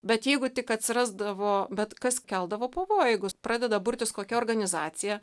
bet jeigu tik atsirasdavo bet kas keldavo pavojų jeigu pradeda burtis kokia organizacija